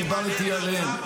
דיברתי עליהם.